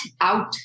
out